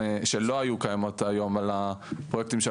שלא היו קיימות היום על הפרויקטים של